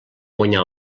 guanyar